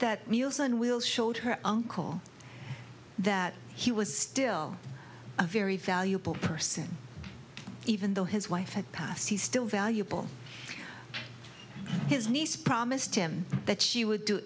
that meals on wheels showed her uncle that he was still a very valuable person even though his wife had passed he's still valuable his niece promised him that she would do